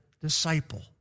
disciple